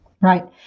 Right